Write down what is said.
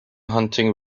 hunting